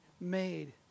made